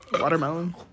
Watermelon